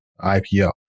IPO